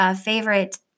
favorite